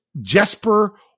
Jesper